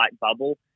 bubble